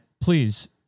please